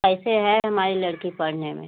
कैसे है हमारी लड़की पढ़ने में